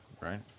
right